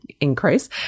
increase